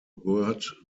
word